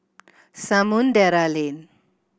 Samudera Lane